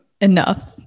enough